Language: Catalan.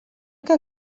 que